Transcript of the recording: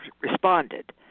responded